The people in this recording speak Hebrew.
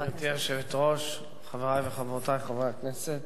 גברתי היושבת-ראש, חברי וחברותי חברי הכנסת,